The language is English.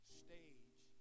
stage